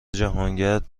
جهانگرد